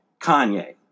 Kanye